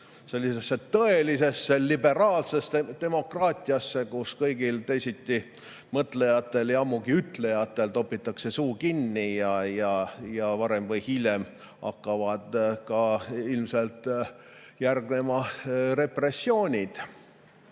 sellisesse tõelisesse liberaalsesse demokraatiasse, kus kõigil teisitimõtlejatel ja ammugi ‑ütlejatel topitakse suu kinni ja varem või hiljem hakkavad ilmselt järgnema ka repressioonid.